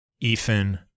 Ethan